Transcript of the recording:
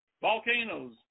volcanoes